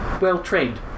well-trained